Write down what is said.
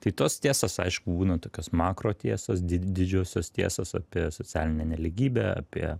tai tos tiesos aišku būna tokios makro tiesos didžiosios tiesos apie socialinę nelygybę apie